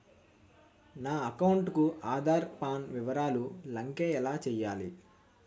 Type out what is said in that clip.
నా అకౌంట్ కు ఆధార్, పాన్ వివరాలు లంకె ఎలా చేయాలి?